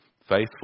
faithful